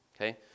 okay